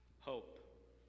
Hope